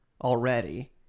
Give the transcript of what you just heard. already